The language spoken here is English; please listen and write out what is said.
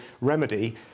remedy